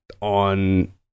on